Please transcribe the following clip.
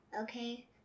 Okay